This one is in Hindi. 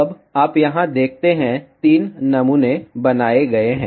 अब आप यहाँ देखते हैं तीन नमूने बनाए गए हैं